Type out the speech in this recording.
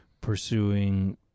pursuing